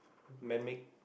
men make